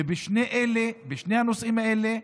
ובשני אלה, בשני הנושאים האלה,